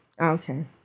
Okay